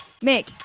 Mick